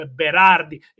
berardi